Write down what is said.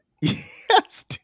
Yes